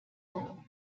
low